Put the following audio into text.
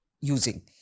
using